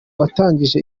watangije